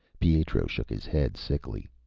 pietro shook his head sickly.